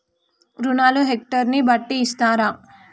రుణాలు హెక్టర్ ని బట్టి ఇస్తారా?